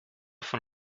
von